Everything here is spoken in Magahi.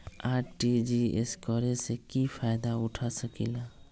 आर.टी.जी.एस करे से की फायदा उठा सकीला?